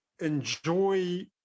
enjoy